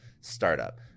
startup